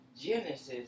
Genesis